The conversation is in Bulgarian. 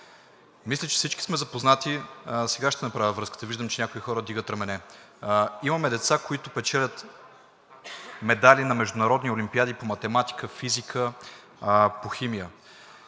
Мисля, че всички сме запознати. Сега ще направя връзката – виждам, че някои хора (към групата на ГЕРБ-СДС) вдигат рамене. Имаме деца, които печелят медали на международни олимпиади по математика, физика, химия.